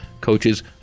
coaches